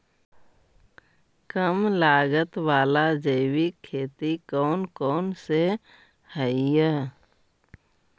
कम लागत वाला जैविक खेती कौन कौन से हईय्य?